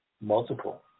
multiple